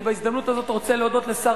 בהזדמנות הזאת אני רוצה להודות לשר